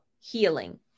healing